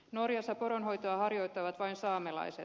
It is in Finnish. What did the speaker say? norjassa poronhoitoa harjoittavat vain saamelaiset